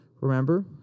Remember